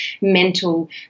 mental